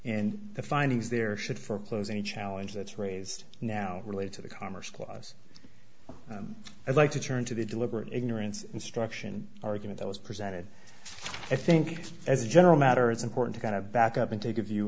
and the findings there should for close any challenge that's raised now relate to the commerce clause i'd like to turn to the deliberate ignorance instruction argument that was presented i think as a general matter it's important to kind of back up and take a view